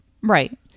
right